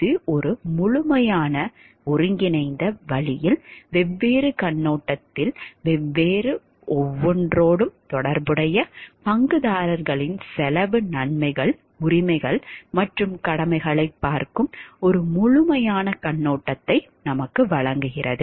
இது ஒரு முழுமையான ஒருங்கிணைந்த வழியில் வெவ்வேறு கண்ணோட்டத்தில் வெவ்வேறு ஒன்றோடொன்று தொடர்புடைய பங்குதாரர்களின் செலவு நன்மைகள் உரிமைகள் மற்றும் கடமைகளைப் பார்க்கும் ஒரு முழுமையான கண்ணோட்டத்தை வழங்குகிறது